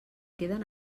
queden